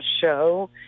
show